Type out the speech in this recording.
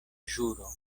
ĵuro